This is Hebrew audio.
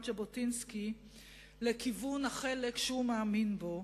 ז'בוטינסקי אל כיוון החלק שהוא מאמין בו,